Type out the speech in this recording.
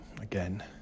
again